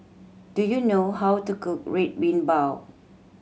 do you know how to cook Red Bean Bao